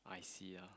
I_C ah